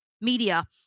media